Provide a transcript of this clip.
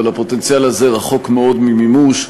אבל הפוטנציאל הזה רחוק מאוד ממימוש.